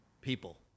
people